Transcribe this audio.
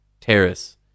Terrace